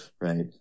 right